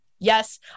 yes